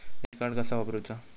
Debit card कसा वापरुचा?